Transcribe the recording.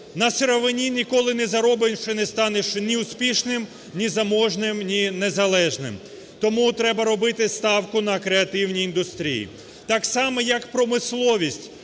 На сировині ніколи не заробиш і не станеш ні успішним, ні заможним, ні незалежним. Тому треба робити ставку на креативній індустрії. Так само, як промисловість,